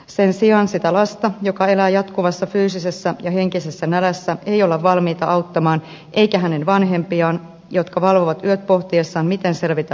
sen sijaan sitä lasta joka elää jatkuvassa fyysisessä ja henkisessä nälässä ei olla valmiita auttamaan eikä hänen vanhempiaan jotka valvovat yöt pohtiessaan miten selvitä laskuista